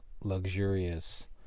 luxurious